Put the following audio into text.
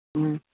ꯎꯝ